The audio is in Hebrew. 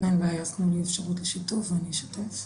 אין בעיה, אז תנו לי אפשרות לשיתוף ואני אשתף.